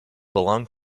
belong